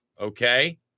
okay